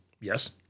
Yes